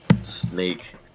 snake